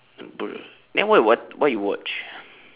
bruh then why what what you watch